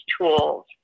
tools